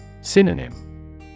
Synonym